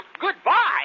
Goodbye